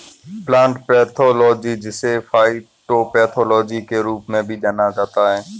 plant pathology जिसे phytopathology के रूप में भी जाना जाता है